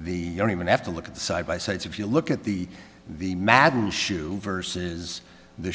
the don't even have to look at the side by side so if you look at the the madden shoe versus the